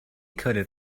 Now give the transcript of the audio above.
coated